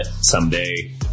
someday